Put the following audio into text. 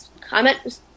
comment